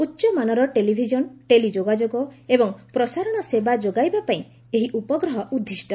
ଉଚ୍ଚମାନର ଟେଲିଭିଜନ୍ ଟେଲି ଯୋଗାଯୋଗ ଏବଂ ପ୍ରସାରଣ ସେବା ଯୋଗାଇବାପାଇଁ ଏହି ଉପଗ୍ରହ ଉଦ୍ଦିଷ୍ଟ